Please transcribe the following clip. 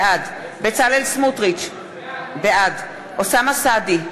בעד בצלאל סמוטריץ, בעד אוסאמה סעדי,